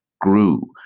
grew